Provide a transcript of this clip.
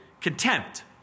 contempt